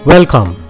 Welcome